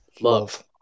Love